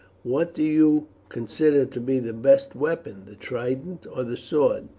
what do you consider to be the best weapon the trident or the sword?